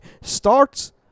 starts